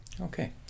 Okay